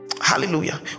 Hallelujah